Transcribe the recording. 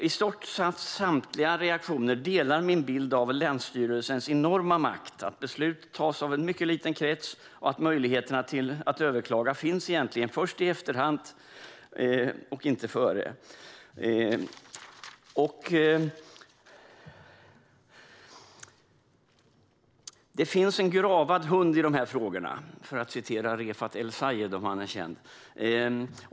I stort sett samtliga som jag har diskuterat med delar min bild av länsstyrelsens enorma makt: Beslut tas av en mycket liten krets, och möjligheterna att överklaga finns egentligen först i efterhand och inte före. Det finns en gravad hund i de här frågorna, för att citera Refaat El-Sayed.